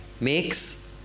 makes